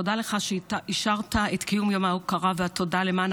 תודה לך שאישרת את קיום יום ההוקרה והתודה למען